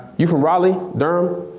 you from raleigh, durham?